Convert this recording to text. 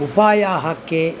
उपायाः के